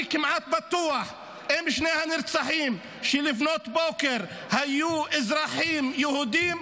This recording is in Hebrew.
אני כמעט בטוח שאם שני הנרצחים לפנות בוקר היו אזרחים יהודים,